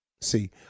See